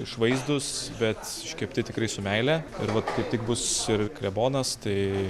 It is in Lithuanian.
išvaizdūs bet iškepti tikrai su meile ir vat kaip tik bus ir klebonas tai